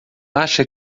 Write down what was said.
acha